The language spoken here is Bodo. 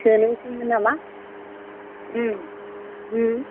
सोनोसैमोन नामा उम होम